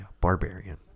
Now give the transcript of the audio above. Barbarian